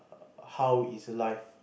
how is life